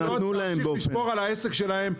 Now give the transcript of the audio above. יכולות להמשיך לשמור על העסק שלהן,